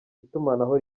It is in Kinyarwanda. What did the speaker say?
itumanaho